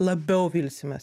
labiau vilsimės